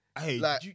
Hey